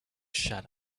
shut